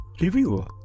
Review